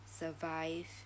survive